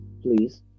please